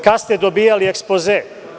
Kad ste dobijali ekspoze?